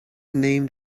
named